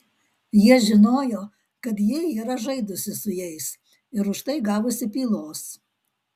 jie žinojo kad ji yra žaidusi su jais ir už tai gavusi pylos